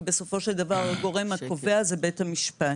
כי בסופו של דבר הגורם הקובע זה בית המשפט.